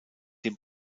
dem